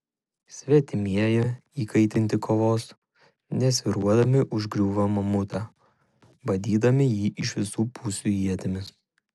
svetimieji įkaitinti kovos nesvyruodami užgriūva mamutą badydami jį iš visų pusių ietimis